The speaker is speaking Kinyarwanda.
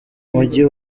mujyi